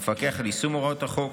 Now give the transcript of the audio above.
המפקח על יישום הוראות החוק,